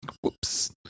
whoops